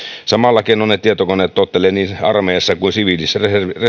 samalla keinoin ne tietokoneet tottelevat niin armeijassa kuin siviilissä